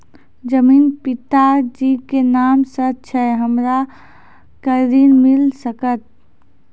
जमीन पिता जी के नाम से छै हमरा के ऋण मिल सकत?